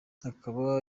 akaba